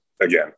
again